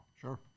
Sure